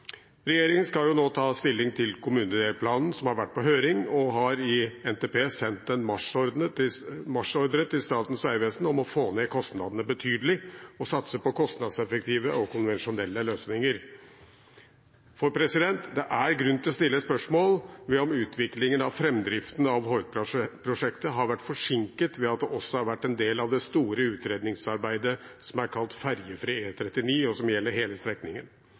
Regjeringen skal nå ta stilling til kommunedelplanen som har vært på høring, og har i NTP sendt en marsjordre til Statens vegvesen om å få ned kostnadene betydelig og satse på kostnadseffektive og konvensjonelle løsninger. Det er grunn til å stille spørsmål ved om utviklingen av framdriften av Hordfastprosjektet har blitt forsinket ved at det også har vært en del av det store utredningsarbeidet som er kalt ferjefri E39, og som gjelder hele strekningen.